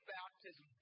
baptism